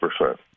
percent